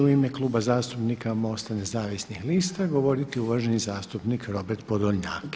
u ime Kluba zastupnika MOST-a Nezavisnih lista govoriti uvaženi zastupnik Robert Podolnjak.